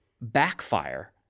backfire